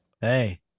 Hey